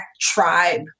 tribe